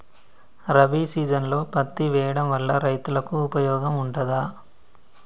రబీ సీజన్లో పత్తి వేయడం వల్ల రైతులకు ఉపయోగం ఉంటదా?